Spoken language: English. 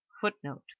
Footnote